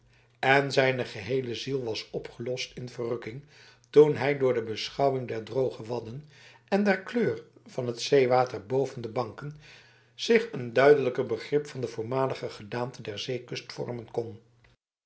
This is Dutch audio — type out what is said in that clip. en zijn geheele ziel was opgelost in verrukking toen hij door de beschouwing der droge wadden en der kleur van het zeewater boven de banken zich een duidelijk begrip van de voormalige gedaante der zeekust vormen kon